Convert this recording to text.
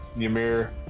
Ymir